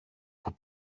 που